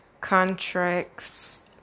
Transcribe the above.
contracts